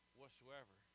whatsoever